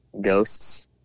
ghosts